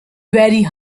very